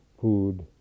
food